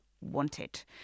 wanted